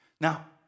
Now